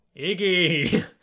Iggy